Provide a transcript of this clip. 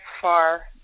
far